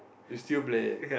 you still play